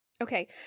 Okay